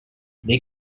they